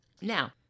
Now